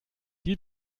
die